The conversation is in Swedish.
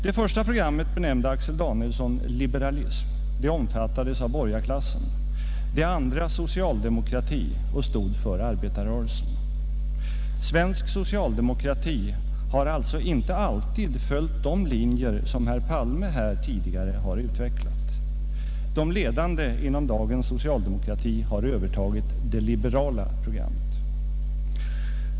Det första programmet benämnde Axel Danielsson liberalism — och det omfattades av borgarklassen — det andra socialdemokrati, och för detta stod arbetarrörelsen. Svensk socialdemokrati har alltså inte alltid följt de linjer som herr Palme tidigare under denna debatt utvecklat. De ledande inom dagens socialdemokrati har övertagit det liberala programmet.